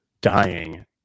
dying